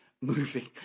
moving